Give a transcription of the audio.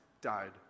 died